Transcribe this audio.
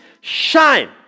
shine